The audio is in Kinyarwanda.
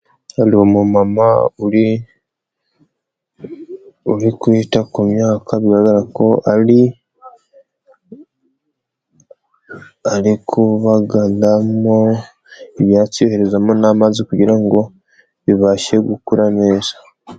Hari umumama uri kwita ku myaka bigaragara ko ari kubagaramo ibyatsi yoherezamo n'amazi kugira ngo bibashe gukura neza.